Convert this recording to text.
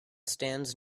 stands